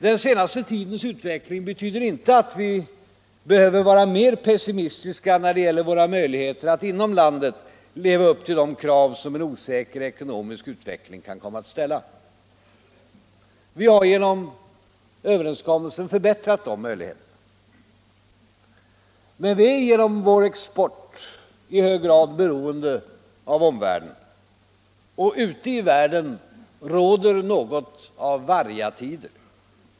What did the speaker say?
Den senaste tidens utveckling betyder inte att vi behöver vara mer pessimistiska när det gäller våra möjligheter att inom landet leva upp till de krav som en osäker ekonomisk utveckling kan komma att ställa. Vi har genom den nu träffade överenskommelsen förbättrat dessa möjligheter. Men vi är genom vår export i hög grad beroende av omvärlden. Och ute i världen råder något av vargatider.